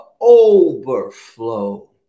overflow